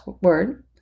Word